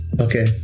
Okay